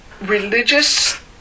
religious